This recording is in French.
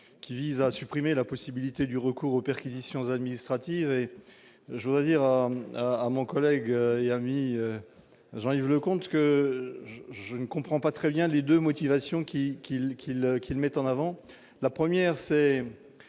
qui vise à supprimer la possibilité de recourir aux perquisitions administratives. Je veux dire à mon collègue et ami Jean-Yves Leconte que je ne comprends pas les deux motivations qu'il met en avant. Premier